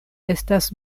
estas